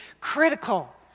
critical